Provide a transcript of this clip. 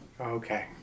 Okay